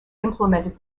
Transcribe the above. implemented